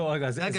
לא, רגע.